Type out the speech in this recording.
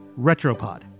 Retropod